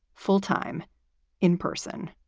full time in person.